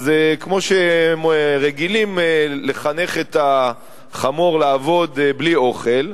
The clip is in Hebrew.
אז כמו שרגילים לחנך את החמור לעבוד בלי אוכל,